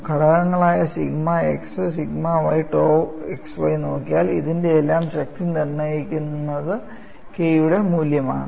ഘടകങ്ങളായ sigma x sigma y tau xy നോക്കിയാൽ ഇതിന്റെയെല്ലാം ശക്തി നിർണ്ണയിക്കുന്നത് K യുടെ മൂല്യമാണ്